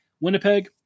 Winnipeg